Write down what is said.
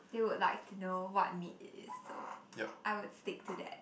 they would like to know what meat it is so I would stick to that